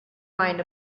mind